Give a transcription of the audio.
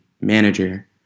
manager